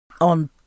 on